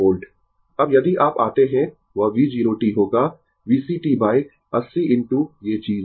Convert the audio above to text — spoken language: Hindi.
अब यदि आप आते है वह V 0 t होगा VCt बाय 80 इनटू ये चीज